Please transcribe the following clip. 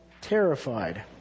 terrified